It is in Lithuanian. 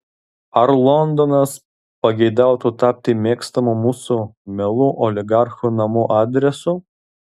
ar londonas pageidautų tapti mėgstamu mūsų mielų oligarchų namų adresu